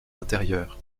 intérieure